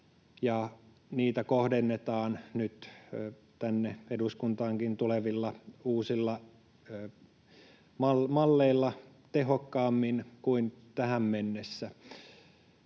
niitä kohdennetaan nyt tänne eduskuntaankin tulevilla uusilla malleilla tehokkaammin kuin tähän mennessä.